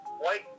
white